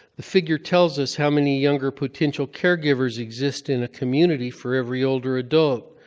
the figure tells us how many younger potential caregivers exist in a community for every older adult.